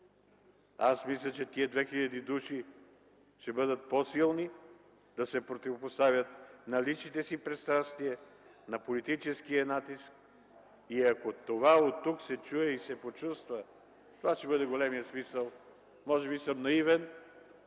мисля, че тези 2 хил. души ще бъдат по-силни да се противопоставят на личните си пристрастия, на политическия натиск. Ако оттук се чуе и се почувства, това ще бъде големият смисъл. Може би съм наивен,